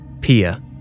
Pia